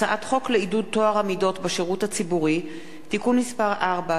הצעת חוק לעידוד טוהר המידות בשירות הציבור (תיקון מס' 4),